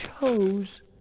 chose